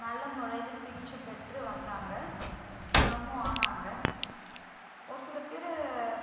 நல்ல முறையில் சிகிச்சை பெற்று வந்தாங்கள் குணமும் ஆனாங்கள் ஒரு சில பேர்